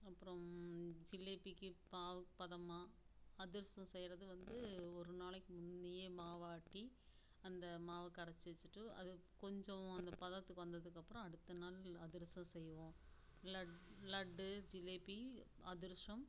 அப்புறம் ஜிலேபிக்கு பாகு பதமாக அதிரசம் செய்யுறது வந்து ஒரு நாளைக்கு முந்தியே மாவாட்டி அந்த மாவு கரைச்சு வச்சுட்டு அது கொஞ்சம் அந்த பதத்துக்கு வந்ததுக்கப்பறம் அடுத்த நாள் அதிரசம் செய்வோம் லட்டு ஜிலேபி அதிரசம்